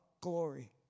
glory